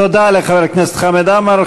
תודה לחבר הכנסת חמד עמאר.